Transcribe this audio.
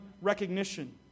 recognition